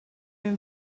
been